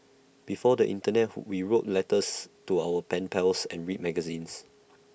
before the Internet who we wrote letters to our pen pals and read magazines